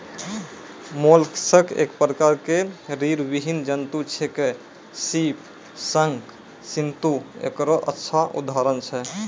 mollusc एक प्रकार के रीड़विहीन जंतु छेकै, सीप, शंख, सित्तु एकरो अच्छा उदाहरण छै